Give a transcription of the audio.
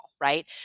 right